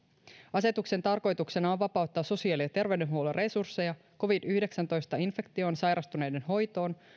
asetuksen tarkoituksena on vapauttaa sosiaali ja terveydenhuollon resursseja covid yhdeksäntoista infektioon sairastuneiden hoitoon